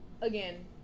again